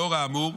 לאור האמור,